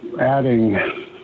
adding